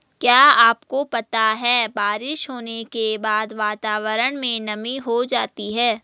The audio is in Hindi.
क्या आपको पता है बारिश होने के बाद वातावरण में नमी हो जाती है?